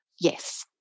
Yes